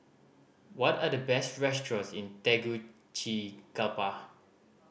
what are the best restaurants in Tegucigalpa